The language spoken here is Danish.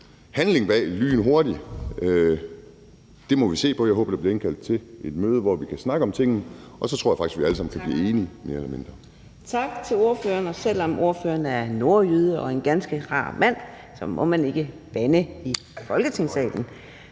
handling bag lynhurtigt. Det må vi se på. Jeg håber, der bliver indkaldt til et møde, hvor vi kan snakke om tingene, og så tror jeg faktisk, vi alle sammen kan blive enige mere eller mindre. Kl. 10:03 Fjerde næstformand (Karina Adsbøl): Tak til ordføreren. Og selv om ordføreren er nordjyde og en ganske rar mand, må man ikke bande i Folketingssalen.